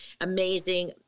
Amazing